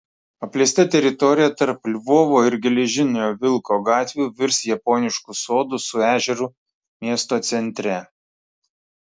apleista teritorija tarp lvovo ir geležinio vilko gatvių virs japonišku sodu su ežeru miesto centre